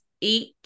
eat